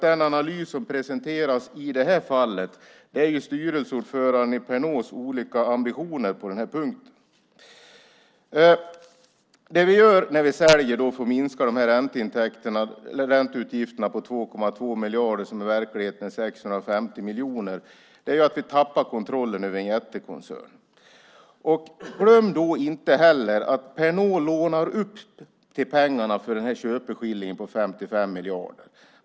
Den analys som presenteras i det här fallet är Pernods styrelseordförandes olika ambitioner på den här punkten. Det vi gör när vi säljer och minskar ränteutgifterna på 2,2 miljarder, som i verkligheten är 650 miljoner, är att vi tappar kontrollen över en jättekoncern. Glöm då inte heller att Pernod lånar upp till pengarna för köpeskillingen på 55 miljarder!